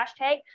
hashtag